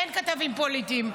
אין כתבים פוליטיים,